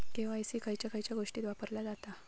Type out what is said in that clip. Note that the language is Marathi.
के.वाय.सी खयच्या खयच्या गोष्टीत वापरला जाता?